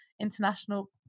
international